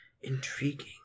Intriguing